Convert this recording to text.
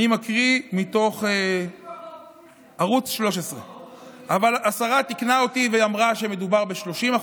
אני מקריא מתוך ערוץ 13. אבל השרה תיקנה אותי ואמרה שמדובר ב-30%.